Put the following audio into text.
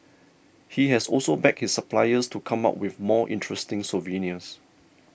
he has also begged his suppliers to come up with more interesting souvenirs